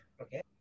okay